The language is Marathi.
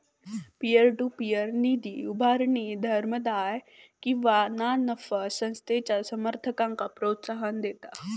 पीअर टू पीअर निधी उभारणी धर्मादाय किंवा ना नफा संस्थेच्या समर्थकांक प्रोत्साहन देता